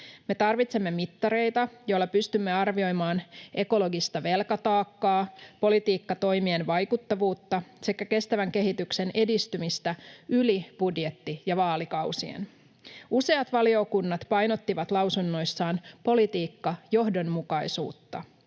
Me tarvitsemme mittareita, joilla pystymme arvioimaan ekologista velkataakkaa, politiikkatoimien vaikuttavuutta sekä kestävän kehityksen edistymistä yli budjetti‑ ja vaalikausien. Useat valiokunnat painottivat lausunnoissaan politiikkajohdonmukaisuutta.